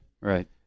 Right